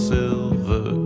silver